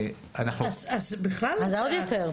אם זה כך, אז עוד יותר.